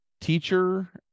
teacher